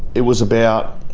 it was about